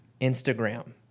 Instagram